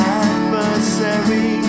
adversary